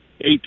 eight